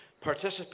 participate